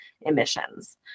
emissions